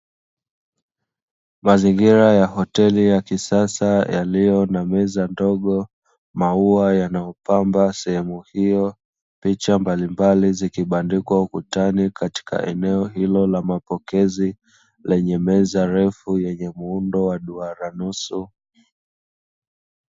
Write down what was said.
Mazingira ya hoteli ya kisasa yaliyo na meza ndogo, maua yanayopamba eneo hilo, picha mbalimbali zikibandikwa ukutani katika eneo hilo la mapokezi lenye meza refu yenye muundo wa duara nusu.